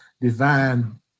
divine